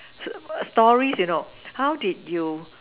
stories you know how did you